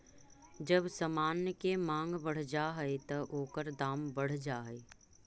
जब समान के मांग बढ़ जा हई त ओकर दाम बढ़ जा हई